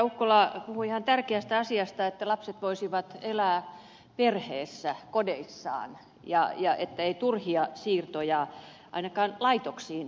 ukkola puhui ihan tärkeästä asiasta että lapset voisivat elää perheessä kodeissaan ja ettei turhia siirtoja ainakaan laitoksiin tapahtuisi